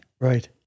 Right